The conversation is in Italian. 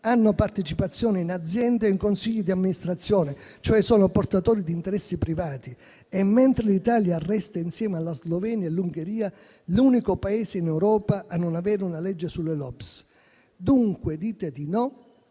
hanno partecipazioni in aziende e in consigli di amministrazione, cioè sono portatori di interessi privati, e mentre l'Italia resta, insieme alla Slovenia e all'Ungheria, l'unico Paese in Europa a non avere una legge sulle *lobby*. Dite di no